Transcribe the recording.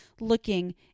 looking